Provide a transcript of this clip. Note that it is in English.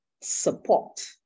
support